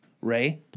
ray